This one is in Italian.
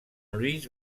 louise